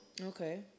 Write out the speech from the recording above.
okay